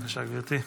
בבקשה, גברתי,